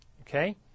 okay